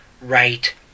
right